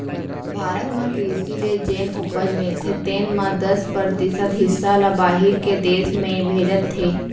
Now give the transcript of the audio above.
भारत म कृसि ले जेन उपज मिलथे तेन म दस परतिसत हिस्सा ल बाहिर के देस में भेजत हें